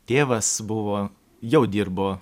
tėvas buvo jau dirbo